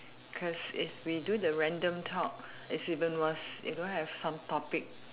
because if we do the random talk it's even worse they don't have some topic